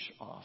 off